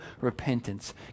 repentance